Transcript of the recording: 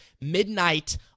midnight